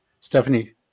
Stephanie